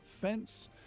fence